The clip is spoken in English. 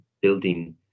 building